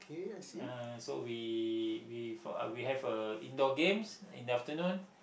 uh so we we form uh we have a indoor games in the afternoon